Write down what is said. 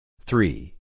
Three